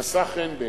נשא חן בעינינו,